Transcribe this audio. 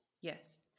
Yes